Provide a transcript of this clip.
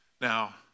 Now